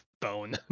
bone